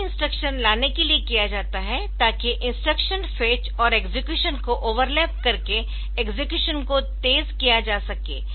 तो यह इंस्ट्रक्शन लाने के लिए किया जाता है ताकि इंस्ट्रक्शन फेच और एक्सेक्यूशन को ओवरलैप करके एक्सेक्यूशन को तेज किया जा सके